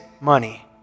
money